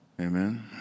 Amen